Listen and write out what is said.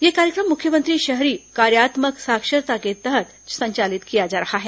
यह कार्यक्रम मुख्यमंत्री शहरी कार्यात्मक साक्षरता के तहत संचालित किया जा रहा है